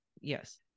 yes